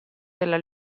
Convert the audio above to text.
della